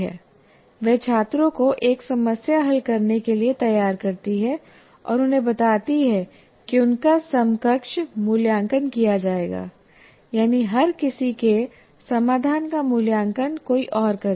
वह छात्रों को एक समस्या हल करने के लिए तैयार करती है और उन्हें बताती है कि उनका समकक्ष मूल्यांकन किया जाएगा यानी हर किसी के समाधान का मूल्यांकन कोई और करेगा